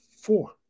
four